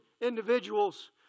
individuals